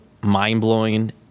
mind-blowing